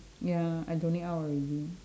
ya I donate out already